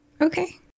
Okay